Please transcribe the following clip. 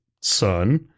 son